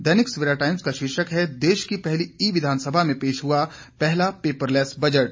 दैनिक Savera Times का शीर्षक है देश की पहली ई विधानसभा में पेश हुआ पहला पेपरलैस बजट